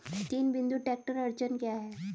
तीन बिंदु ट्रैक्टर अड़चन क्या है?